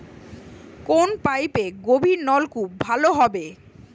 কোন পাইপে গভিরনলকুপ ভালো হবে?